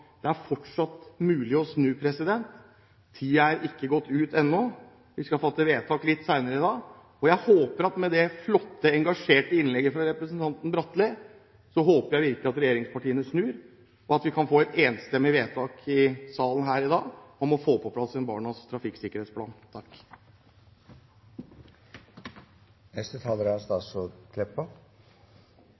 Det er fortsatt mulig å snu – tiden er ikke gått ut ennå. Vi skal fatte vedtak litt senere i dag. Med det flotte, engasjerte innlegget fra representanten Bratli håper jeg virkelig at regjeringspartiene snur, og at vi kan få et enstemmig vedtak i salen her i dag om å få på plass en barnas trafikksikkerhetsplan. Lat meg fyrst få takka for ei nyttig påminning frå forslagsstillarane. Det er